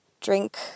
drink